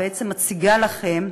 או בעצם מציגה לכם,